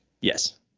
Yes